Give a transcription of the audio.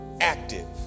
active